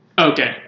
Okay